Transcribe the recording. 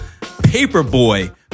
Paperboy